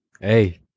Hey